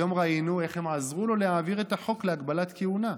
היום ראינו איך הם עזרו לו להעביר את החוק להגבלת כהונה,